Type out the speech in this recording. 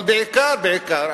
אבל בעיקר בעיקר,